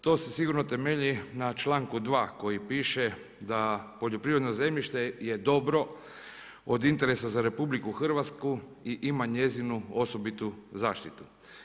To se sigurno temelji na članku 2. koji piše da „poljoprivredno zemljište je dobro od interesa za RH i ima njezinu osobitu zaštitu“